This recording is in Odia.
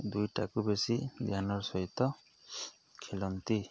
ଦୁଇଟାକୁ ବେଶୀ ଧ୍ୟାନର ସହିତ ଖେଲନ୍ତି